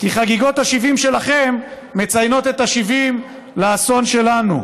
כי חגיגות ה-70 שלכם מציינות את ה-70 לאסון שלנו;